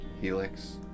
Helix